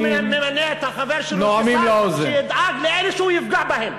הוא ממנה את החבר שלו כשר שידאג לאלה שהוא יפגע בהם.